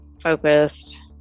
focused